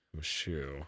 shoe